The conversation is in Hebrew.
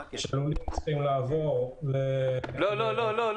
שצריכים לעבור --- לא.